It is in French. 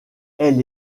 elle